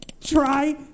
Try